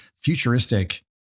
futuristic